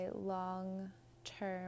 long-term